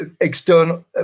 external